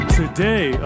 today